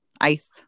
Ice